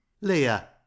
leah